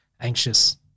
anxious